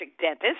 dentist